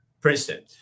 Princeton